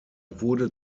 wurde